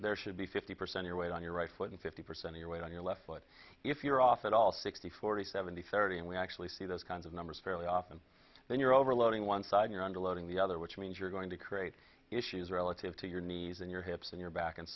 there should be fifty percent your weight on your right foot and fifty percent your weight on your left foot if you're off at all sixty forty seventy thirty and we actually see those kinds of numbers fairly often then you're overloading one side you're under loading the other which means you're going to create issues relative to your knees in your hips and your back and